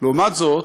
לעומת זאת,